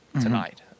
tonight